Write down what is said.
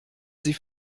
sie